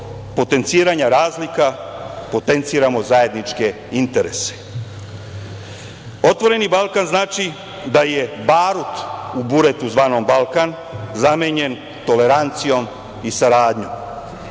potenciranja razlika potenciramo zajedničke interese.„Otvoreni Balkan“ znači da je barut u buretu zvanom Balkan zamenjen tolerancijom i saradnjom. Naravno